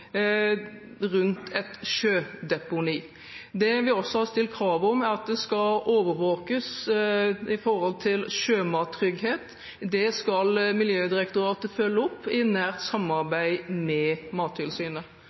et sjødeponi. Det vi også har stilt krav om, er at det skal overvåkes med hensyn til sjømattrygghet. Dette skal Miljødirektoratet følge opp, i nært samarbeid med Mattilsynet.